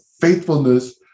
faithfulness